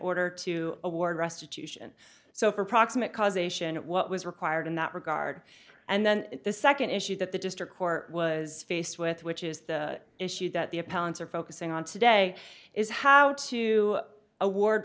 order to award restitution so for proximate cause ation what was required in that regard and then the second issue that the district court was faced with which is the issue that the appellants are focusing on today is how to award